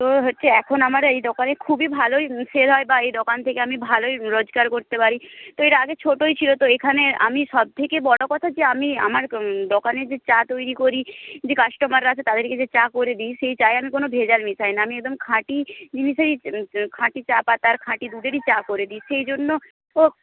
তো হচ্ছে এখন আমার এই দোকানে খুবই ভালোই সেল হয় বা এই দোকান থেকে আমি ভালোই রোজগার করতে পারি তো এর আগে ছোটোই ছিল তো এখানে আমি সব থেকে বড় কথা যে আমি আমার দোকানে যে চা তৈরি করি যে কাস্টমাররা আসে তাদেরকে যে চা করে দিই সেই চায়ে আমি কোনো ভেজাল মেশাই না আমি একদম খাঁটি জিনিসেই খাঁটি চা পাতার খাঁটি দুধেরই চা করে দিই সেই জন্য ও